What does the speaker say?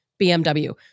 BMW